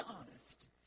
honest